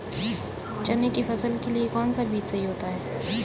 चने की फसल के लिए कौनसा बीज सही होता है?